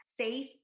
safe